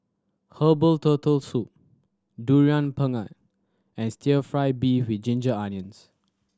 herbal Turtle Soup Durian Pengat and Stir Fry beef with ginger onions